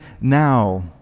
now